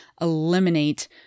eliminate